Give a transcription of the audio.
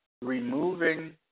removing